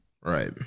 Right